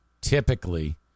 Typically